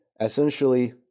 essentially